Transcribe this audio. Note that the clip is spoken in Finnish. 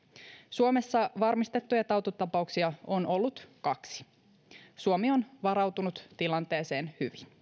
suomessa varmistettuja tautitapauksia on ollut kaksi suomi on varautunut tilanteeseen hyvin